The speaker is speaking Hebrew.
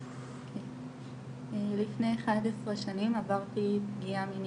במשך חמש שנים אחרי הפגיעה,